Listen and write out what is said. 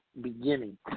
beginning